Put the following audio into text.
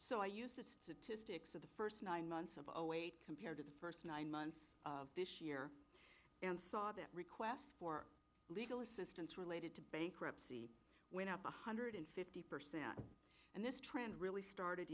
of the first nine months of our weight compared to the first nine months of this year and saw that request for legal assistance related to bankruptcy went up one hundred fifty percent and this trend really started